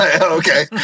okay